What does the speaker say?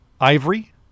Ivory